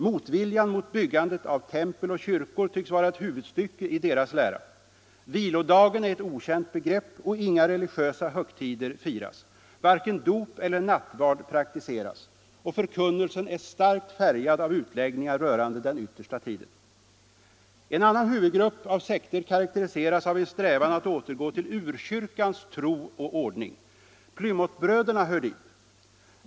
Motviljan mot byggandet av tempel och kyrkor tycks vara ett huvudstycke i deras lära. Vilodagen är ett okänt begrepp och inga religiösa högtider firas. Varken dop eller nattvard praktiseras. Förkunnelsen är starkt färgad av utläggningar rörande den yttersta tiden. En annan huvudgrupp av sekter karakteriseras av en strävan att återgå till urkyrkans tro och ordning. Plymouthbröderna hör dit.